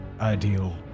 ideal